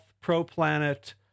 pro-planet